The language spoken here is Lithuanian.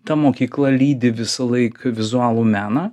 ta mokykla lydi visąlaik vizualų meną